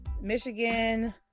Michigan